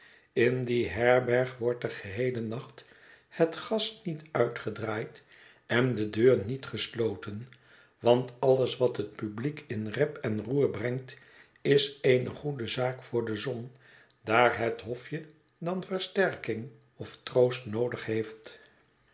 in die herberg wordt den geheelen nacht het gas niet uitgedraaid en de deur niet gesloten want alles wat het publiek in rep en roer brengt is eene goede zaak voor de zon daar het hofje dan versterking of troost noodig heeft